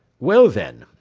well, then,